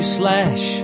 slash